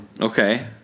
Okay